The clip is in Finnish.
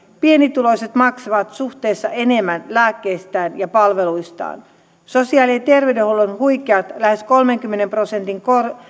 pienituloiset maksavat suhteessa enemmän lääkkeistään ja palveluistaan sosiaali ja terveydenhuollon huikeat lähes kolmenkymmenen prosentin